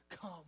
Come